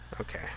Okay